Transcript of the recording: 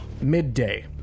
Midday